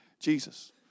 Jesus